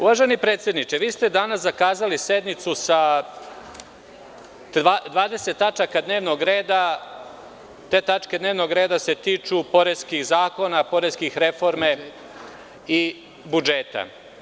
Uvaženi predsedniče, vi ste danas zakazali sednicu sa 20 tačaka dnevnog reda, te tačke dnevnog reda se tiču poreskih zakona, poreske reforme i budžeta.